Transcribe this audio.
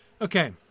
Okay